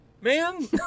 man